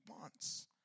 wants